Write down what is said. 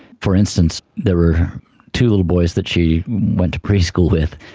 for instance, there were two little boys that she went to preschool with,